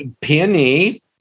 peony